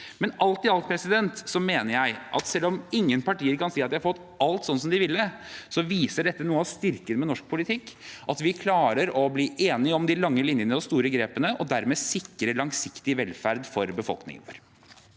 det. Alt i alt mener jeg at selv om ingen partier kan si at de har fått alt sånn som de ville, viser dette noe av styrken med norsk politikk: at vi klarer å bli enige om de lange linjene og store grepene og dermed sikrer langsiktig velferd for befolkningen vår.